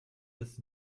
das